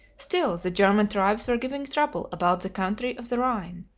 still, the german tribes were giving trouble about the country of the rhine,